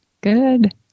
Good